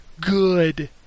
good